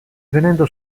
venendo